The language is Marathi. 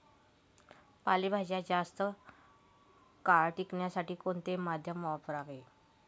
पालेभाज्या जास्त काळ टिकवण्यासाठी कोणते माध्यम वापरावे?